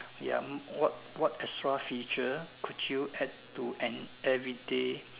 ya what what extra feature could you add to an everyday